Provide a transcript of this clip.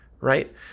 right